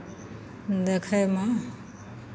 देखयमे